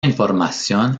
información